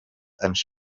ens